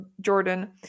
Jordan